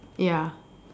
ya